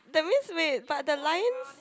that's means we but the lines